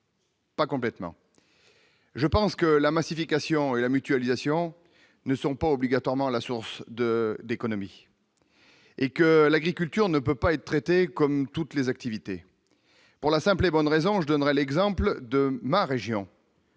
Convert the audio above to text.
Pas complètement, je pense que la massification et la mutualisation ne sont pas obligatoirement la source de d'économie et que l'agriculture ne peut pas être traitée comme toutes les activités pour la simple et bonne raison, je donnerai l'exemple de ma région.